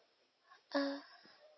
uh